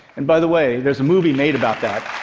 and by the way, there's a movie made about that.